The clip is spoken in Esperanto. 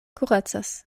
kuracas